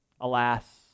Alas